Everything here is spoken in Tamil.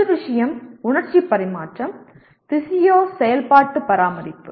முதல் விஷயம் உணர்ச்சி பரிமாற்றம் பிசியோ செயல்பாட்டு பராமரிப்பு